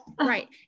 right